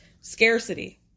scarcity